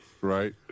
Right